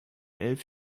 elf